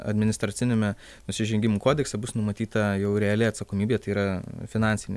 administraciniame nusižengimų kodekse bus numatyta jau reali atsakomybė tai yra finansinė